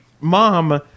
mom